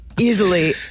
Easily